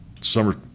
summer